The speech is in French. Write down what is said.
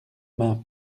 mains